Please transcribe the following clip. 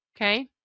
okay